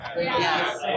Yes